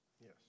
Yes